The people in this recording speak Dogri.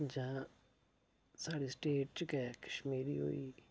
जां साढ़ी स्टेट च गै कशमीरी होई